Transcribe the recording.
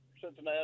Cincinnati